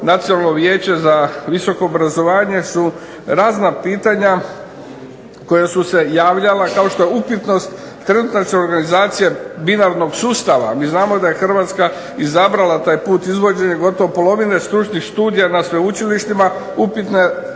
Nacionalno vijeće za visoko obrazovanje su razna pitanja koja su se javljala kao što je upitnost trenutačne organizacije binarnog sustava. Mi znamo da je Hrvatska izabrala taj put izvođenja. Gotovo polovina stručnih studija na sveučilištima upitne